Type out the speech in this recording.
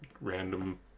random